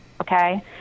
okay